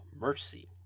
mercy